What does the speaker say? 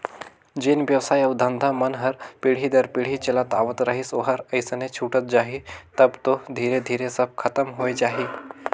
जेन बेवसाय अउ धंधा मन हर पीढ़ी दर पीढ़ी चलत आवत रहिस ओहर अइसने छूटत जाही तब तो धीरे धीरे सब खतम होए जाही